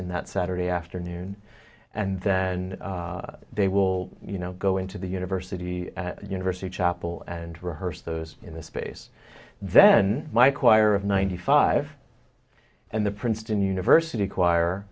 in that saturday afternoon and then they will you know go into the university university chapel and rehearse those in the space then my choir of ninety five and the princeton university choir